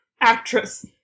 actress